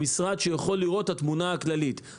שיכול לראות את התמונה הכללית,